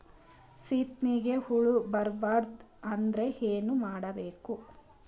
ಸೀತ್ನಿಗೆ ಹುಳ ಬರ್ಬಾರ್ದು ಅಂದ್ರ ಏನ್ ಮಾಡಬೇಕು?